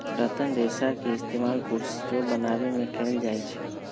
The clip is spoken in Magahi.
रतन रेशा के इस्तेमाल कुरसियो बनावे में कएल जाई छई